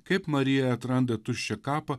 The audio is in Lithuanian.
kaip marija atranda tuščią kapą